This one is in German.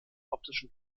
optischen